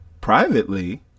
privately